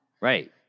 Right